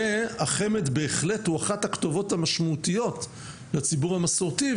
והחמ"ד הוא בהחלט אחת הכתובות המשמעותיות לציבור המסורתי,